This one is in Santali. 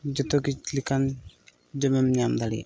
ᱡᱚᱛᱚ ᱞᱮᱠᱟᱱ ᱡᱚᱢᱮᱢ ᱧᱟᱢ ᱫᱟᱲᱮᱭᱟᱜᱼᱟ